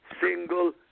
single